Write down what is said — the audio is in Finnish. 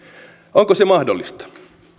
onko se mahdollista